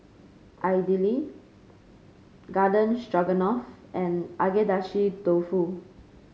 Idili Garden Stroganoff and Agedashi Dofu